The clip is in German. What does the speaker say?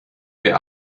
wir